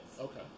Okay